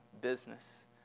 business